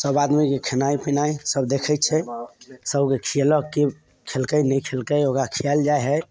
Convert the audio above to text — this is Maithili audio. सब आदमीके खेनाइ पिनाइ सब देखैत छै सबके खिएलक के खयलकै नहि खयलकै ओकरा खियाएल जाए हय